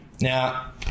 Now